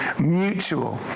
mutual